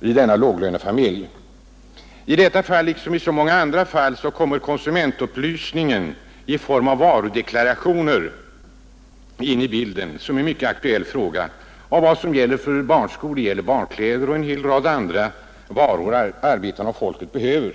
i denna låglönefamilj. I detta liksom i många andra fall kommer konsumentupplysningen i form av varudeklarationer in i bilden som en mycket aktuell fråga. Vad som gäller barnskor gäller också barnkläder och en hel rad andra varor som arbetarna och folket behöver.